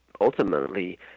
ultimately